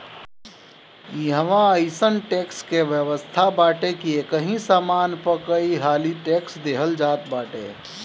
इहवा अइसन टेक्स के व्यवस्था बाटे की एकही सामान पअ कईहाली टेक्स देहल जात बाटे